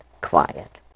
quiet